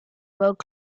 world